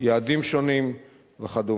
יעדים שונים וכדומה.